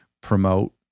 promote